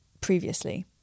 previously